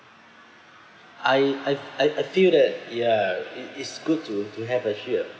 I I I I feel that ya it is good to to have a share